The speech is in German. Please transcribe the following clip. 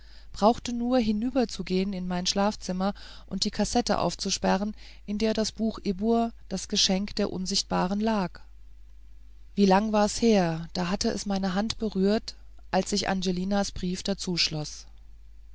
brauchte nur hinüber zu gehen in mein schlafzimmer und die kassette aufzusperren in der das buch ibbur das geschenk der unsichtbaren lag wie lang war's her da hatte es meine hand berührt als ich angelinas briefe dazuschloß